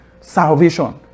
salvation